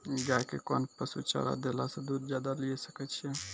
गाय के कोंन पसुचारा देला से दूध ज्यादा लिये सकय छियै?